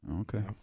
Okay